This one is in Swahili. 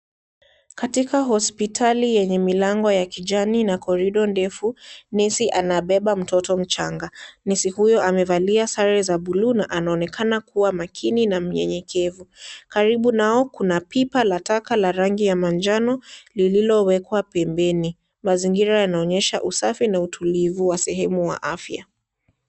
Katika hospitali yenye milango ya kijani na corridor ndefu, nesi anabeba mtoto mchanga. Nesi huyo amevalia sare za buluu na anaonekana kuwa makini na mnyenyekevu karibu nao kuna pipa la taka la rangi la manjano lililowekwa pembeni mazingira yanaonyesha usafi na utulivu wa sehemu ya afya.